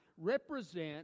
represent